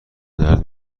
درد